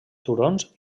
turons